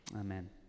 Amen